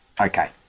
okay